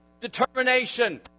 determination